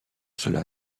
cela